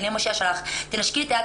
אני המושיע שלך; תנשקי לי את היד,